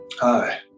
Hi